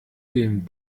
dem